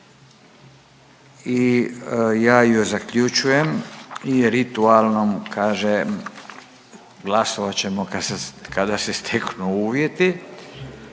Ja zaključujem raspravu i glasovat ćemo kada se steknu uvjeti.